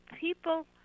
people